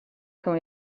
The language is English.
can